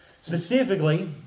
Specifically